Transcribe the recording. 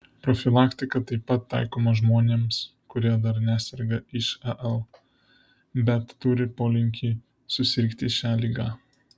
profilaktika taip pat taikoma žmonėms kurie dar neserga išl bet turi polinkį susirgti šia liga